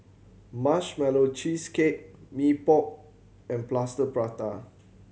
Marshmallow Cheesecake Mee Pok and Plaster Prata